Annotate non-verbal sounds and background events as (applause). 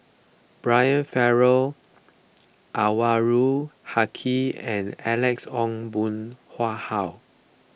Brian Farrell Anwarul Haque and Alex Ong Boon (unintelligible) Hau